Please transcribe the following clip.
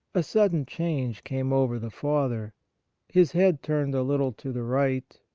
a sudden change came over the father his head turned a little to the right,